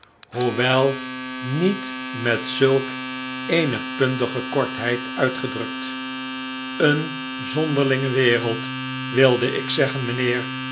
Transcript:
hoewel niet met zulk eene puntige kortheid uitgedrukt eene zonderlinge wereld wilde ik zeggen mijnheer